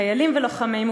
חיילים ולוחמים,